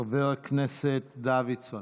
חבר הכנסת דוידסון,